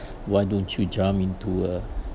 why don't you jump into a